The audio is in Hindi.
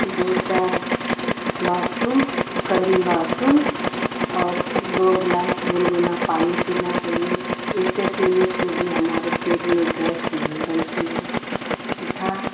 दो चार लहसुन कली लहसुन और दो गिलास गुनगुना पानी पीना चाहिए इसे पीने से भी हमारे पेट में गैस नहीं बनती है तथा